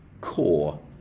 core